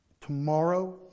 tomorrow